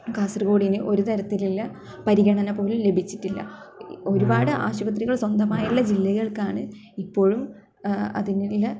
കാസർഗോടിന് ഒരു തരത്തിലുള്ള പരിഗണന പോലും ലഭിച്ചിട്ടില്ല ഒരുപാട് ആശുപത്രികൾ സ്വന്തമായുള്ള ജില്ലകൾക്കാണ് ഇപ്പോഴും അതിനുള്ള